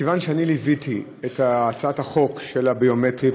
מכיוון שאני ליוויתי את הצעת החוק של הביומטרי,